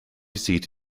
seat